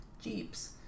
Jeeps